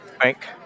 Frank